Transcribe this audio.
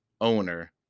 owner